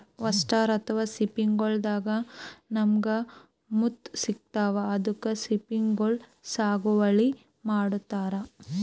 oyster ಅಥವಾ ಸಿಂಪಿಗೊಳ್ ದಾಗಾ ನಮ್ಗ್ ಮುತ್ತ್ ಸಿಗ್ತಾವ್ ಅದಕ್ಕ್ ಸಿಂಪಿಗೊಳ್ ಸಾಗುವಳಿ ಮಾಡತರ್